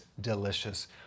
delicious